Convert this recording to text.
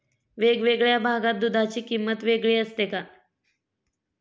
वेगवेगळ्या भागात दूधाची किंमत वेगळी असते का?